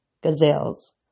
gazelles